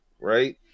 right